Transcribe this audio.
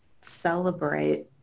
celebrate